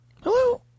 Hello